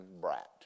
brat